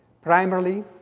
Primarily